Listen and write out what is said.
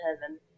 heaven